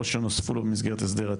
או שנוספו במסגרת הסדרי הטיעון.